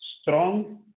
strong